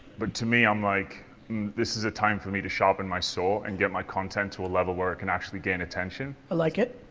but, to me, um like this is a time for me to sharpen my sword and get my content to a level where it can actually gain attention. i ah like it.